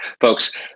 Folks